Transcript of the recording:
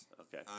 okay